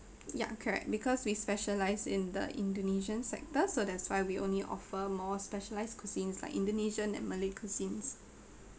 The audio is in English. ya correct because we specialise in the indonesian sector so that's why we only offer more specialised cuisines like indonesian and malay cuisines